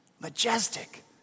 majestic